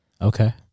Okay